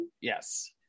Yes